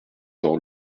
dans